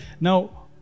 Now